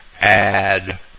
add